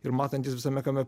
ir matantys visame kame